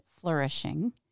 flourishing